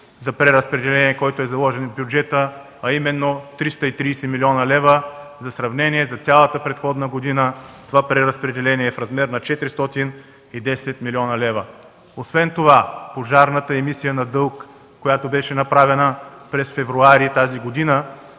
за преразпределение, който е заложен в бюджета, а именно 330 млн. лв. За сравнение – за цялата предходна година това преразпределение е в размер на 410 млн. лв. Освен това пожарната емисия на дълг, която беше направена през февруари тази година,